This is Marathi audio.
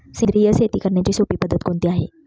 सेंद्रिय शेती करण्याची सोपी पद्धत कोणती आहे का?